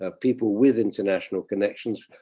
ah people with international connections.